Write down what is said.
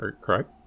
correct